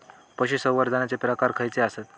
पशुसंवर्धनाचे प्रकार खयचे आसत?